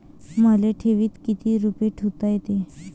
मले ठेवीत किती रुपये ठुता येते?